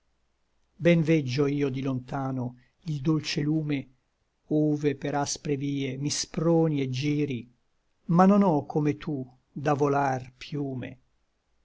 ben veggio io di lontano il dolce lume ove per aspre vie mi sproni et giri ma non ò come tu da volar piume